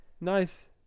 nice